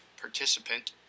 participant